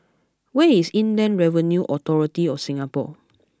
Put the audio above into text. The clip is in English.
where is Inland Revenue Authority of Singapore